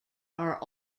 are